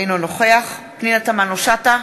אינו נוכח פנינה תמנו-שטה,